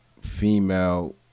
female